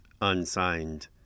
unsigned